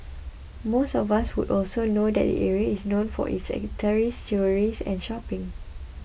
most of us would also know that the area is known for its eateries jewellries and shopping